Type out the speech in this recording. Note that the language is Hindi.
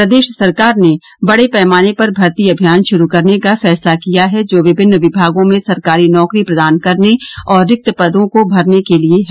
प्रदेश सरकार ने बड़े पैमाने पर भर्ती अभियान शुरू करने का फैसला किया है जो विभिन्न विभागों में सरकारी नौकरी प्रदान करने और रिक्त पदों के भरने के लिये है